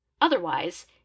Otherwise